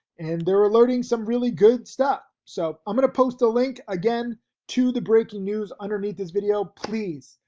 and they're ah learning some really good stuff. so i'm gonna post the link again to the breaking news underneath this video, please,